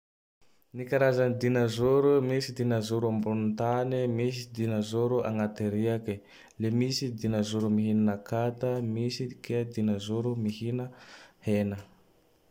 Ny karazan dinazôro: misy dinazôro ambony tany, misy dinazôro agnaty riake. Le misy dinazôro mihina akata, le misy ke dinazôro mihina. hena.